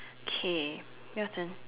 kay your turn